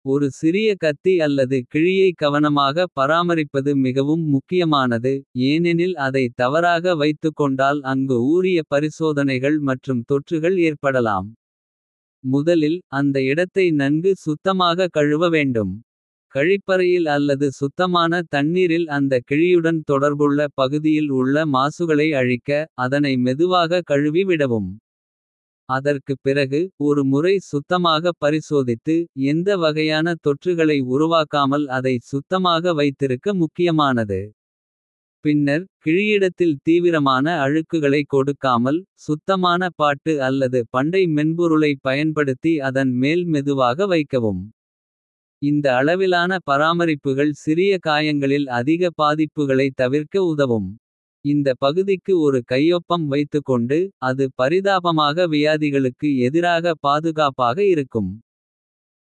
ஒரு சிறிய கத்தி அல்லது கிழியைக் கவனமாக பராமரிப்பது. மிகவும் முக்கியமானது ஏனெனில் அதை தவறாக. வைத்துக்கொண்டால் அங்கு ஊறிய பரிசோதனைகள். மற்றும் தொற்றுகள் ஏற்படலாம் முதலில் அந்த இடத்தை நன்கு. சுத்தமாக கழுவ வேண்டும் கழிப்பறையில் அல்லது. சுத்தமான தண்ணீரில் அந்த கிழியுடன் தொடர்புள்ள. பகுதியில் உள்ள மாசுகளை அழிக்க அதனை மெதுவாக. கழுவி விடவும் அதற்குப் பிறகு ஒரு முறை சுத்தமாகப். பரிசோதித்து எந்த வகையான தொற்றுகளை. உருவாக்காமல் அதை சுத்தமாக வைத்திருக்க முக்கியமானது. பின்னர் கிழியிடத்தில் தீவிரமான அழுக்குகளைக் கொடுக்காமல். சுத்தமான பாட்டு அல்லது பண்டை மென்பொருளை. பயன்படுத்தி அதன் மேல் மெதுவாக வைக்கவும். இந்த அளவிலான பராமரிப்புகள் சிறிய காயங்களில். அதிக பாதிப்புகளைத் தவிர்க்க உதவும். இந்த பகுதிக்கு ஒரு கையொப்பம் வைத்துக்கொண்டு. அது பரிதாபமாக வியாதிகளுக்கு எதிராக பாதுகாப்பாக இருக்கும்.